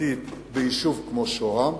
דתית ביישוב כמו שוהם?